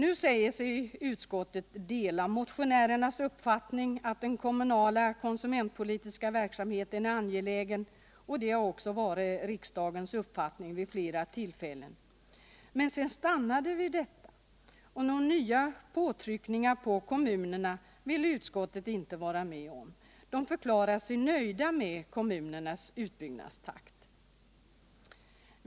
Utskottet säger sig dela motionärernas uppfattning att den kommunala konsumentpolitiska verksamheten är angelägen, och det har också varit riksdagens uppfattning vid flera tillfällen. Men sedan stannar det vid detta. Några nya påtryckningar på kommunerna vill utskottet inte vara med om. Det förklarar sig nöjt med kommunernas utbyggnadstakt.